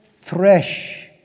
thresh